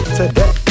today